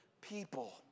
people